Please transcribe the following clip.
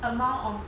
amount of